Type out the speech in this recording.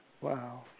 Wow